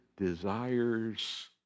desires